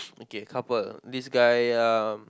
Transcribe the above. okay how about this guy um